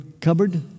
cupboard